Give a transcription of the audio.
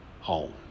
home